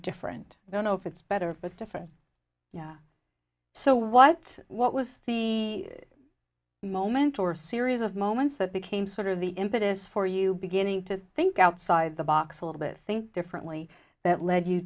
different i don't know if it's better but different yeah so what what was the moment or series of moments that became sort of the impetus for you beginning to think outside the box a little bit think differently that led you